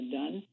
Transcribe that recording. done